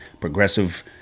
progressive